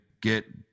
get